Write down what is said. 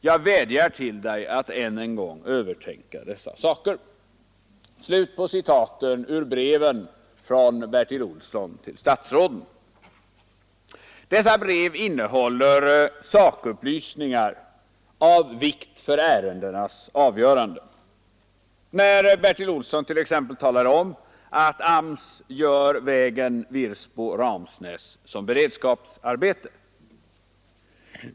Jag vädjar till Dig att än en gång övertänka dessa saker ———.” Dessa brev innehåller sakupplysningar av vikt för ärendenas avgörande, t.ex. när Bertil Olsson talar om att AMS gör vägen Virsbo— Ramnäs som beredskapsarbete.